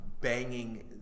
banging